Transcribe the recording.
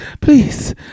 please